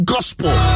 Gospel